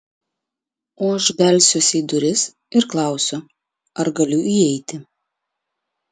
o aš belsiuosi į duris ir klausiu ar galiu įeiti